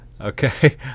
Okay